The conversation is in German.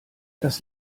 das